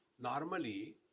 Normally